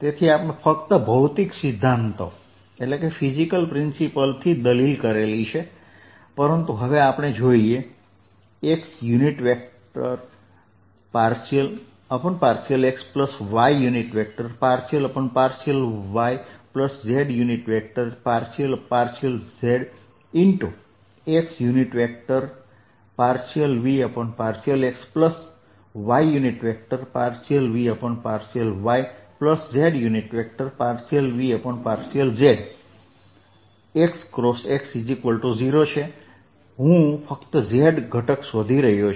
તેથી આપણે ફક્ત ભૌતિક સિદ્ધાંતો થી દલીલ કરી છે પરંતુ હવે આપણે જોઈએ x∂xy∂yz∂z×x∂V∂xy∂V∂yz∂V∂z x ક્રોસ x 0 હું ફક્ત z ઘટક શોધી રહ્યો છું